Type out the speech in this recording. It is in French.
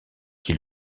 qui